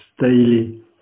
daily